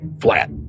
flat